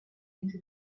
into